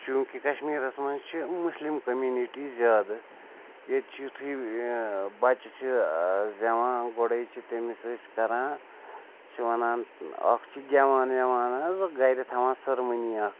چوٗنٛکہِ کَشمیٖرَس منٛز چھِ مُسلِم کمنِٹی زیادٕ ییٚتہِ چھِ یُتھُے بَچہِ چھِ زٮ۪وان گۄڈَے چھِ تٔمِس أسۍ کَران چھِ وَنان اَکھ چھِ گٮ۪وان وٮ۪وان حظ گَرِ تھاوان سٔرمٔنی اَکھ